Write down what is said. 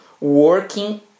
working